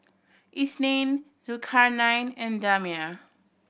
Isnin Zulkarnain and Damia